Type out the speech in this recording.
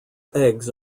eggs